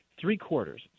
Three-quarters